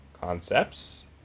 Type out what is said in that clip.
concepts